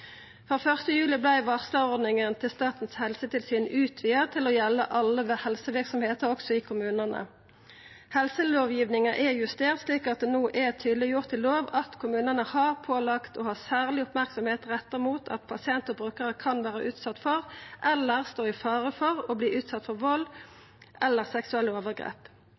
Frå 1. juli 2019 vart varslarordninga til Statens helsetilsyn utvida til å gjelda alle helseverksemder, også i kommunane. Helselovgivinga er justert slik at det no er tydeleggjort i lov at kommunane er pålagde å ha særleg merksemd retta mot at pasientar og brukarar kan vera utsette for eller stå i fare for å verta utsette for vald eller seksuelle overgrep.